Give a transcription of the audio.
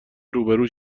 روبرو